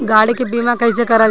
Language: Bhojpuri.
गाड़ी के बीमा कईसे करल जाला?